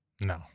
No